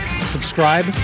subscribe